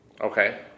Okay